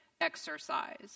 exercise